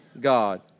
God